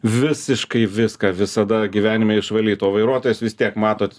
visiškai viską visada gyvenime išvalyti o vairuotojas vis tiek matot